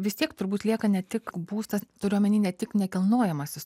vis tiek turbūt lieka ne tik būstas turiu omeny ne tik nekilnojamasis